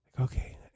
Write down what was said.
Okay